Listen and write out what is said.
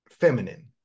feminine